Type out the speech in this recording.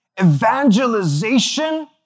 Evangelization